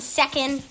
second